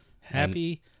Happy